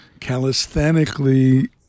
Calisthenically